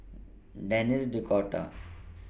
Denis D'Cotta